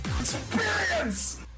EXPERIENCE